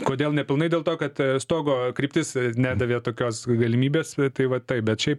kodėl nepilnai dėl to kad stogo kryptis nedavė tokios galimybės tai va taip bet šiaip